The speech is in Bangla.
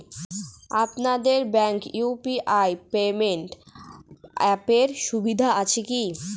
আপনাদের ব্যাঙ্কে ইউ.পি.আই পেমেন্ট অ্যাপের সুবিধা আছে কি?